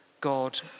god